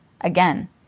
Again